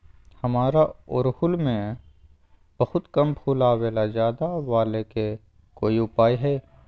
हमारा ओरहुल में बहुत कम फूल आवेला ज्यादा वाले के कोइ उपाय हैं?